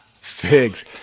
Figs